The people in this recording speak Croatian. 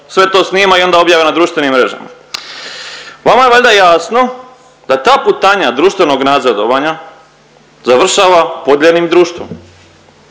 sve to snimaju i onda objave na društvenim mrežama. Vama je valjda jasno da ta putanja društvenog nazadovanja završava podijeljenim društvom.